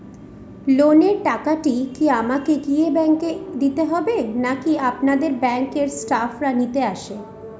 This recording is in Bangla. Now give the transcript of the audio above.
লোনের টাকাটি কি আমাকে গিয়ে ব্যাংক এ দিতে হবে নাকি আপনাদের ব্যাংক এর স্টাফরা নিতে আসে?